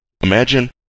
Imagine